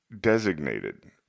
designated